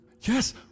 Yes